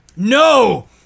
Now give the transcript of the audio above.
No